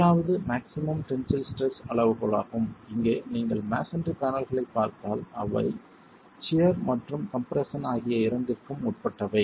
முதலாவது maximum tensile stress அளவுகோலாகும் இங்கே நீங்கள் மஸோன்றி பேனல்களைப் பார்த்தால் அவை சியர் மற்றும் கம்ப்ரெஸ்ஸன் ஆகிய இரண்டிற்கும் உட்பட்டவை